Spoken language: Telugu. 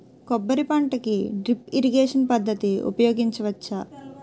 కొబ్బరి పంట కి డ్రిప్ ఇరిగేషన్ పద్ధతి ఉపయగించవచ్చా?